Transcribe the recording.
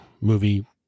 movie